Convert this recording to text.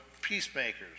peacemakers